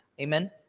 Amen